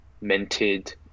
minted